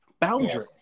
Boundary